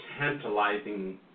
tantalizing